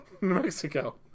Mexico